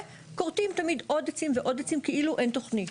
וכורתים תמיד עוד עצים ועוד עצים כאילו אין תוכנית.